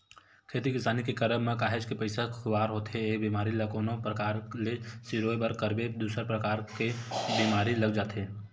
खेती किसानी के करब म काहेच के पइसा खुवार होथे एक बेमारी ल कोनो परकार ले सिरोय बर करबे दूसर परकार के बीमारी लग जाथे